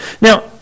Now